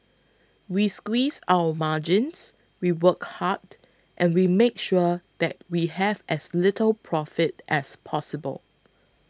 we squeeze our margins we work hard and we make sure that we have as little profit as possible